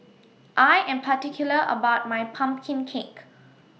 I Am particular about My Pumpkin Cake